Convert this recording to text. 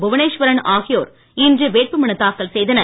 புவனேஸ்வரன் ஆகியோர் இன்று வேட்பு மனு தாக்கல் செய்தனர்